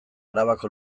arabako